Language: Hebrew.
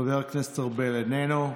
חבר הכנסת ארבל, איננו.